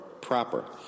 proper